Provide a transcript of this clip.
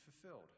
fulfilled